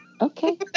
Okay